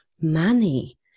money